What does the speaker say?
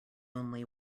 only